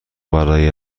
برای